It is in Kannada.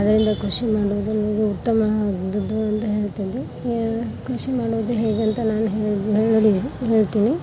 ಅದರಿಂದ ಕೃಷಿ ಮಾಡುವುದು ನನಗೆ ಉತ್ತಮವಾದದ್ದು ಎಂದು ಹೇಳುತ್ತಿದ್ದೆ ಕೃಷಿ ಮಾಡುವುದು ಹೇಗಂತ ನಾನು ಹೇಳಲು ಹೇಳ್ತೀನಿ